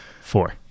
four